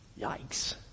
Yikes